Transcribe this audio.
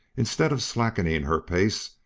instead of slackening her pace,